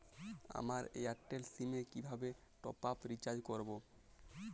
আমার এয়ারটেল সিম এ কিভাবে টপ আপ রিচার্জ করবো?